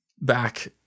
back